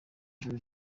ijoro